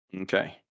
Okay